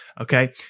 okay